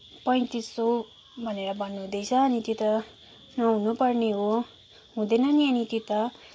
पैँतिस सौ भनेर भन्नु हुँदैछ अनि त्यो त नहुनु पर्ने हो हुँदैन नि यति त